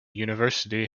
university